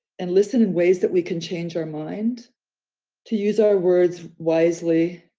and listen in ways that we can change our mind to use our words wisely.